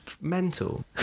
mental